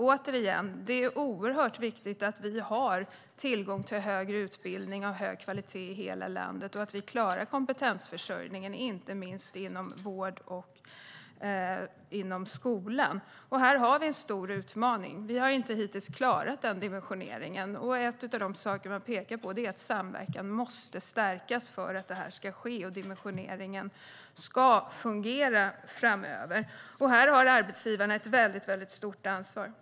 Återigen: Det är oerhört viktigt att vi har tillgång till högre utbildning av hög kvalitet i hela landet och att vi klarar kompetensförsörjningen, inte minst inom vård och skola. Här har vi en stor utmaning. Hittills har vi inte klarat den dimensioneringen, och en av de saker man har pekat på är att samverkan måste stärkas för att dimensioneringen ska fungera framöver. Här har arbetsgivarna ett väldigt stort ansvar.